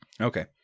okay